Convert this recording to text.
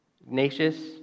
Ignatius